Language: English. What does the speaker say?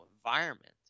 environment